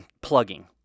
plugging